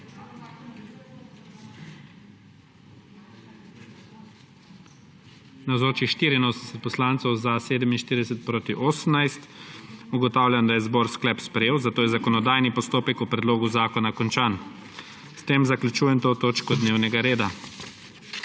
18. (Za je glasovalo 47.) (Proti 18.) Ugotavljam, da je zbor sklep sprejel, zato je zakonodajni postopek o predlogu zakona končan. S tem zaključujem to točko dnevnega reda.